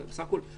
בסך הכול,